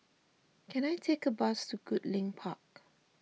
can I take a bus to Goodlink Park